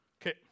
Okay